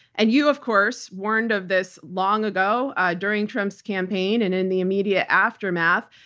and you, of course, warned of this long ago during trump's campaign and in the immediate aftermath,